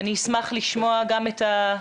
אני אשמח לשמוע גם אותה.